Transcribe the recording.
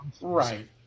Right